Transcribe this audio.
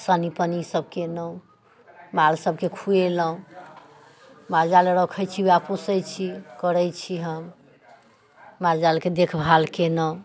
सानी पानीसभ केलहुँ मालसभकेँ खुएलहुँ माल जाल रखैत छी उएह पोसैत छी करैत छी हम माल जालके देखभाल केलहुँ